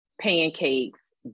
pancakes